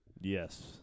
Yes